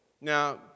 Now